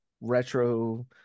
retro